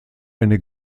eine